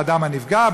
באדם הנפגע,